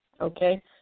okay